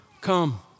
Come